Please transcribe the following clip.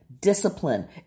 discipline